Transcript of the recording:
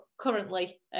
currently